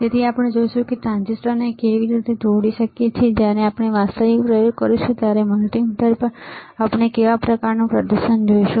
તેથી આપણે જોઈશું કે આપણે ટ્રાંઝિસ્ટરને કેવી રીતે જોડી શકીએ અને જ્યારે આપણે વાસ્તવિક પ્રયોગ કરીશું ત્યારે મલ્ટિમીટર પર આપણે કેવા પ્રકારનું પ્રદર્શન જોઈશું